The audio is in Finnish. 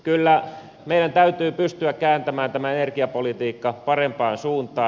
kyllä meidän täytyy pystyä kääntämään tämä energiapolitiikka parempaan suuntaan